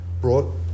brought